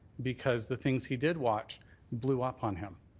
because the things he did watch blew up on him.